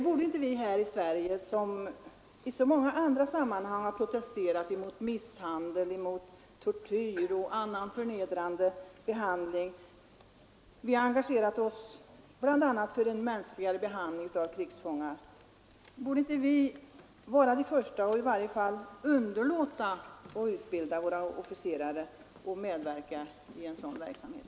Borde inte vi här i Sverige, som i så många andra sammanhang protesterat mot misshandel, tortyr och annan förnedrande behandling och engagerat oss för en mänskligare behandling av krigsfångar, vara de första att i varje fall underlåta att utbilda våra officerare till att medverka i sådan här verksamhet?